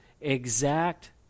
exact